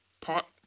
Pot